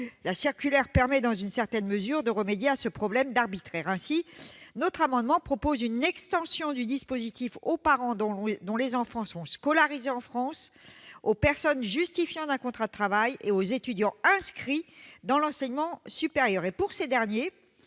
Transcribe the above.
La circulaire permet dans une certaine mesure de remédier au caractère arbitraire des décisions. Ainsi, notre amendement tend à étendre son dispositif aux parents dont les enfants sont scolarisés en France, aux personnes justifiant d'un contrat de travail et aux étudiants inscrits dans l'enseignement supérieur.